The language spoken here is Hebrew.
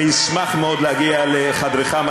להישמע כשר חינוך.